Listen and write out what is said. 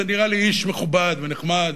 זה נראה לי איש מכובד ונחמד,